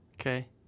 Okay